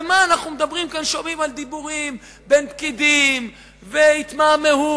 ואנחנו שומעים על דיבורים בין פקידים והתמהמהות,